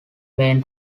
main